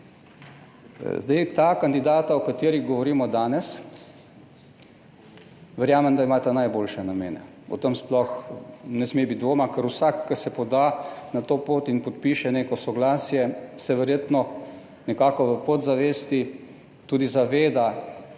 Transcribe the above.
Zdaj ta kandidata, o katerih govorimo danes, verjamem, da imata najboljše namene, o tem sploh ne sme biti dvoma, ker vsak, ki se poda na to pot in podpiše neko soglasje, se verjetno nekako v podzavesti tudi zaveda,